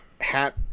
hat